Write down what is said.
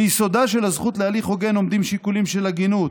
ביסודה של הזכות להליך הוגן עומדים שיקולים של הגינות,